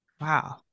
wow